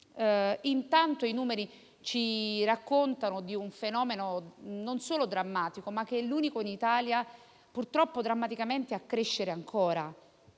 Intanto i numeri ci raccontano di un fenomeno non solo drammatico, ma che è l'unico in Italia che, purtroppo, continua drammaticamente a crescere: